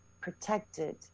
protected